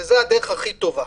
זו הדרך הכי טובה.